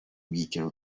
byiciro